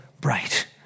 bright